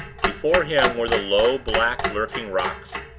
before him were the low, black, lurking rocks,